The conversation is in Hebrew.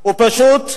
הוא פשוט ברח.